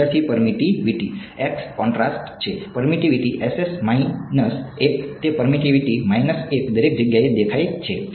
વિદ્યાર્થી permittivity X contrast છે permittivity SS minus 1 તે પરમિટિવિટી માઈનસ 1 દરેક જગ્યાએ દેખાય છે